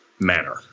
manner